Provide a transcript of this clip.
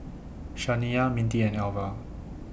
Shaniya Mintie and Alva